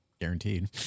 guaranteed